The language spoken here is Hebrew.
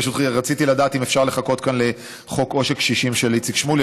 פשוט רציתי לדעת אם אפשר לחכות כאן לחוק עושק קשישים של איציק שמולי,